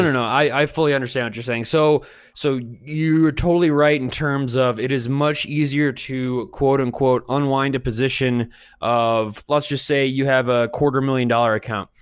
no, no, i fully understand what you're saying. so so you were totally right in terms of, it is much easier to, quote, unquote, unwind a position of, let's just say you have a quarter million dollar account.